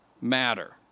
matter